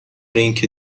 اینکه